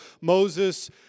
Moses